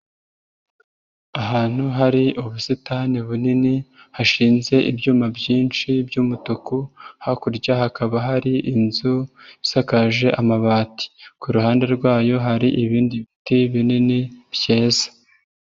Ahantu hari ubusitani bunini hashinze ibyuma byinshi by'umutuku, hakurya hakaba hari inzu isakaje amabati, ku ruhande rwayo hari ibindi biti binini byeze.